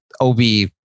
OB